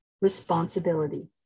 Responsibility